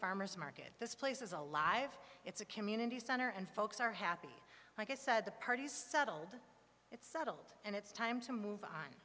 farmer's market this place is alive it's a community center and folks are happy like i said the party is settled it's settled and it's time to move on